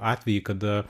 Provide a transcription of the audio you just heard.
atvejį kada